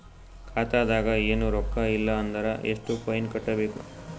ಖಾತಾದಾಗ ಏನು ರೊಕ್ಕ ಇಲ್ಲ ಅಂದರ ಎಷ್ಟ ಫೈನ್ ಕಟ್ಟಬೇಕು?